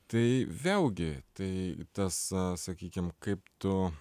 tai vėlgi tai tas sakykim kaip tu